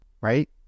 right